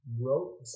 wrote